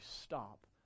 stop